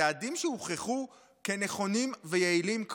צעדים שהוכחו כנכונים ויעילים,